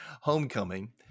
Homecoming